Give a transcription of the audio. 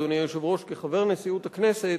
אדוני היושב-ראש: כחבר נשיאות הכנסת,